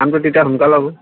কামটো তেতিয়া সোনকালে হ'ব